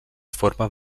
formen